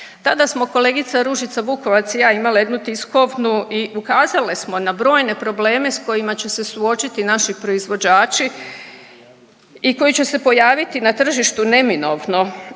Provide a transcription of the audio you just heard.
Tada smo kolegica Ružica Vukovac i ja imale jednu tiskovnu i ukazale smo na brojne probleme s kojima će se suočiti naši proizvođači i koji će se pojaviti na tržištu neminovno.